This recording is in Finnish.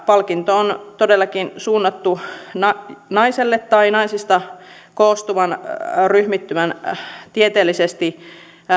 palkinto on todellakin suunnattu naisen tai naisista koostuvan ryhmittymän tieteellisesti